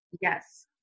Yes